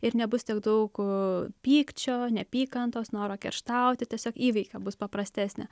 ir nebus tiek daug pykčio neapykantos noro kerštauti tiesiog įveika bus paprastesnė